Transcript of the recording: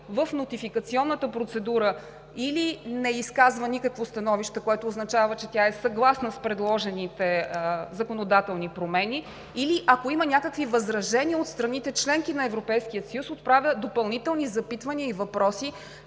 в нотификационната процедура или не изказва никакво становище, което означава, че тя е съгласна с предложените законодателни промени, или, ако има някакви възражения от страните – членки на Европейския съюз, отправя допълнителни запитвания и въпроси